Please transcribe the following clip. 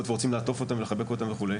ורוצים לעטוף אותם ולחבק אותם וכו',